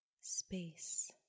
space